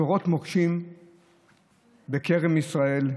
זורה מוקשים בכרם ישראל,